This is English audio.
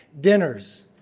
Dinners